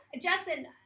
Justin